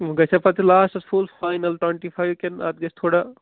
وۅنۍ گَژھیا پتہٕ یہِ lasts full final twenty five کِنہٕ اَتھ گَژھِ تھوڑا